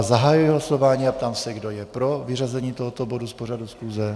Zahajuji hlasování a ptám se, kdo je pro vyřazení tohoto bodu z pořadu schůze.